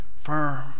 firm